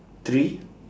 three